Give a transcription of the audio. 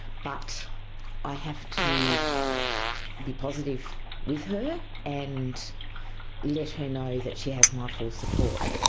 but i have to be positive with her and let her know that she has my full support.